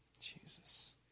Jesus